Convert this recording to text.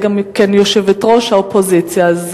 והיא גם יושבת-ראש האופוזיציה.